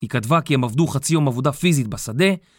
היא כתבה כי הם עבדו חצי יום עבודה פיזית בשדה